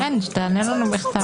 שתענה לנו בכתב.